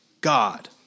God